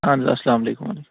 اہن حظ اسلامُ علیکُم